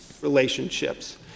relationships